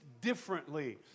differently